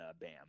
Bam